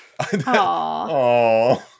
Aww